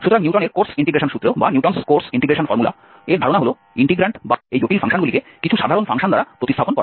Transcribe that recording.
সুতরাং নিউটনের Cotes integration সূত্রের Newton's Cotes integration formula ধারণা হল ইন্টিগ্র্যান্ট বা এই জটিল ফাংশনগুলিকে কিছু সাধারণ ফাংশন দ্বারা প্রতিস্থাপন করা